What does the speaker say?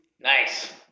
nice